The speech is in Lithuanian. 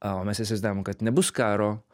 o mes įsivaizdavom kad nebus karo